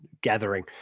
gathering